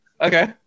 Okay